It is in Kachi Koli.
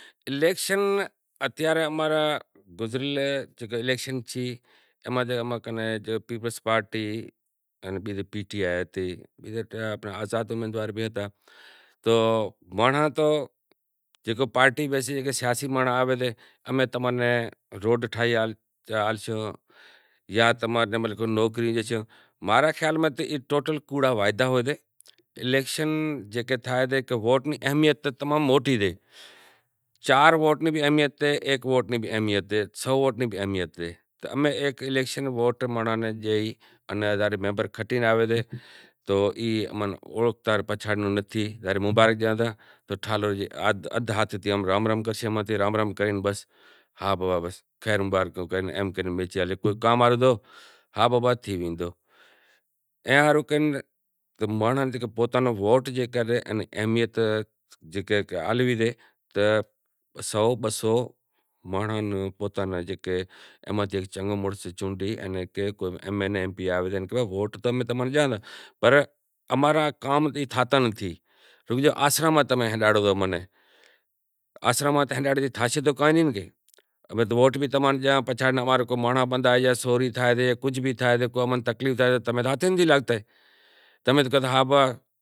گزریل الیکشن تھی اماں کن پاکستان پیپلز پارٹی ان پی ٹی آئی بھی ہتی آزد امیدوار بھی ہتا تو مانڑاں تو پارٹی بیسز تے سیاسی مانڑاں آویں تا کہ تماں نے روڈ ٹھائے آلشاں جاں نوکری ڈیشاں تو ماں رے خیال میں ٹوٹل کوڑا وعدا ہوئے تا۔ الیکشن جیکے تھائیں تیں ووٹ نی اہمیت تمام موٹی سے چار ووٹ نی بھی اہمیت اے ایک ووٹ نی بھی اہمیت اے سو ووٹاں نی بھی اہمیت اے۔ مانڑاں ناں پوتاں نیں جیکا اماں نو چنگو مڑس چونڈی جیکو ایم این اے ایم پی اے آوے سے تو ووٹ تو تماں ناں ڈیاں تا پر اماں را کام جی تھاتا نہیں، رگو تمیں آسراں ماں ہلاڑو تا منیں آسراں ماں تو کائیں تھاتو نتھی